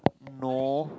no